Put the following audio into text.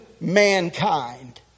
mankind